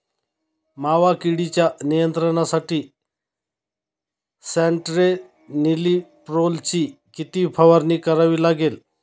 मावा किडीच्या नियंत्रणासाठी स्यान्ट्रेनिलीप्रोलची किती फवारणी करावी लागेल?